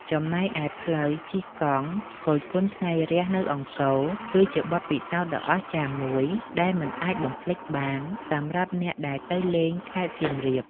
ចំណែកឯ ផ្លូវជិះកង់ គយគន់ថ្ងៃរះនៅអង្គរ គឺជាបទពិសោធន៍ដ៏អស្ចារ្យមួយដែលមិនអាចបំភ្លេចបានសម្រាប់អ្នកដែលទៅលេងខេត្តសៀមរាប។